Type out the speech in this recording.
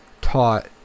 taught